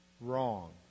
Wrong